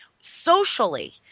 socially